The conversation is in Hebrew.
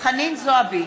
חנין זועבי,